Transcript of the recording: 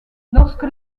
lorsque